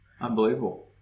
Unbelievable